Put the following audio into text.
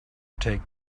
take